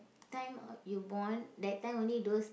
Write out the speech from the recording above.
time you born that time only those